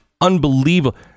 unbelievable